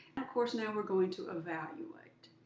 of course, now we're going to evaluate.